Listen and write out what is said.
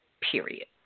period